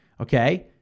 okay